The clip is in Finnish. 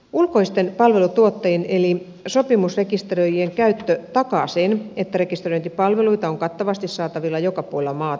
ulkoisten palveluntuottajien eli sopimusrekisteröijien käyttö takaa sen että rekisteröintipalveluita on kattavasti saatavilla joka puolella maata